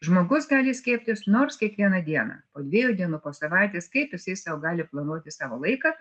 žmogus gali skiepytis nors kiekvieną dieną po dviejų dienų po savaitės kaip jisai sau gali planuoti savo laiką